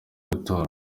gutora